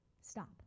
Stop